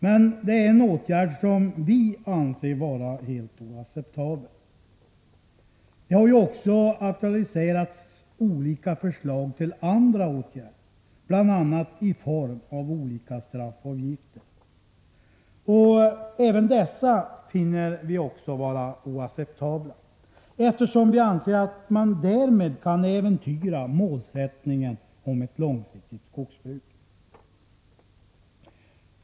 Men det är en åtgärd som vi anser vara helt oacceptabel. Det har ju också aktualiserats olika förslag till andra åtgärder, bl.a. i form av olika straffavgifter. Dessa finner vi också oacceptabla, eftersom vi anser att man därmed kan äventyra målsättningen om ett långsiktigt skogsbruk.